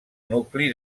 nucli